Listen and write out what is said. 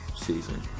season